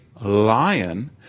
lion